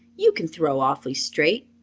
you can throw awfully straight.